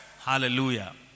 Hallelujah